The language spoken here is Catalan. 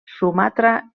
sumatra